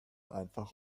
einfach